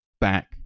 back